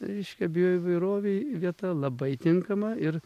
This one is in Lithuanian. reiškia bioįvairovei vieta labai tinkama ir